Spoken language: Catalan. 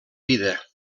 vida